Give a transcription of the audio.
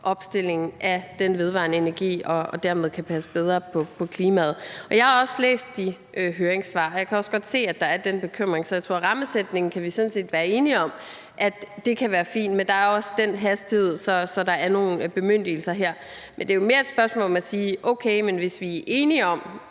opstillingen af anlæg til vedvarende energi, og at vi dermed kan passe bedre på klimaet. Jeg har også læst i høringssvarene, og jeg kan også godt se, at der er den bekymring. Så jeg tror, at vi sådan set kan være enige om, at det er fint med rammesætningen. Men der er også noget med hastigheden, så der er nogle bemyndigelser her. Men det er mere et spørgsmål om at sige: Okay, hvis vi er enige om,